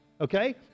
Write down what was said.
okay